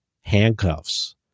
handcuffs